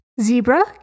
zebra